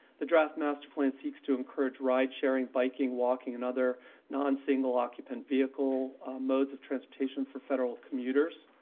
the draft master plan seeks to encourage ride-sharing, biking, walking, and other non-single occupant vehicle modes of transportation for federal commuters.